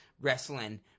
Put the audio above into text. wrestling